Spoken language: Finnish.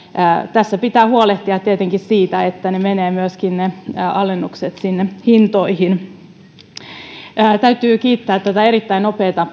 tässä pitää huolehtia tietenkin siitä että ne alennukset menevät myöskin sinne hintoihin valtiovarainministeri orpoa täytyy kiittää tästä erittäin nopeasta